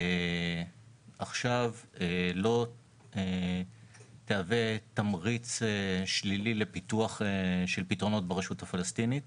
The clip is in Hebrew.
עכשיו לא תהווה תמריץ שלילי לפיתוח של פתרונות ברשות הפלסטינית.